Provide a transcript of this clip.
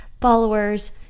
Followers